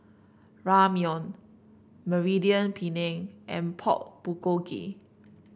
Ramyeon Mediterranean Penne and Pork Bulgogi